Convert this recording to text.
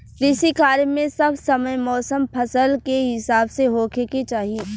कृषि कार्य मे सब समय मौसम फसल के हिसाब से होखे के चाही